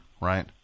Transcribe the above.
right